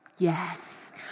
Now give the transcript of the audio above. Yes